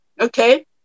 okay